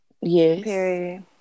Yes